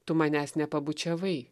tu manęs nepabučiavai